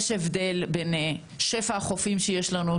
יש הבדל בין שפע החופים שיש לנו,